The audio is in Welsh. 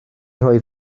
rhoi